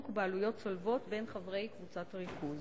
בעלויות צולבות בין חברי קבוצת ריכוז.